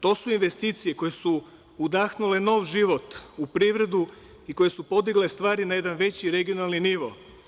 To su investicije koje su udahnule nov život u privredu i koje su podigle stvari na jedan veći regionalni nivo.